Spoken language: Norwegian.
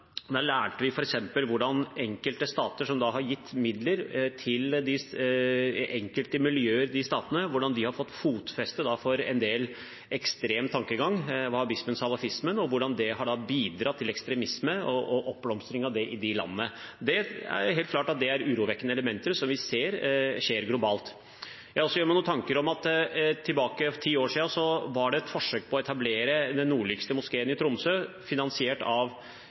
lærte vi f.eks. hvordan enkelte miljøer som har fått statlige midler, har fått fotfeste for en del ekstrem tankegang, wahhabismen og salafismen, og hvordan det har bidratt til oppblomstring av ekstremisme i de landene. Det er helt klart at det er urovekkende elementer som vi ser globalt. Jeg gjør meg også noen tanker rundt at det for ti år siden var et forsøk på å etablere den nordligste moskeen, i Tromsø, finansiert av